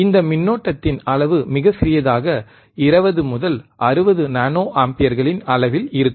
இந்த மின்னோட்டத்தின் அளவு மிக சிறியதாக 20 முதல் 60 நானோ ஆம்பியர்களின் அளவில் இருக்கும்